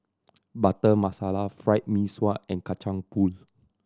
Butter Masala Fried Mee Sua and Kacang Pool